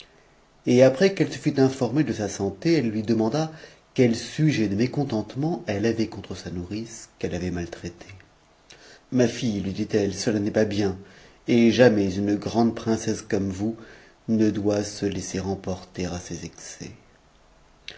et après qu'elle se fut informée de sa santé eue lui demanda quel sujet de mécontentement eue avait contre sa nourrice qu'elle avait maltraitée ma fille lui dit-elle cela n'est pas bien et jamais une grande princesse comme vous ne doit se hisser emporter à ces excès